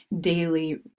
daily